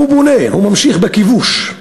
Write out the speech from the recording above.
הוא בונה, הוא ממשיך בכיבוש.